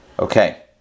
Okay